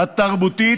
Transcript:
התרבותית